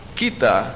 kita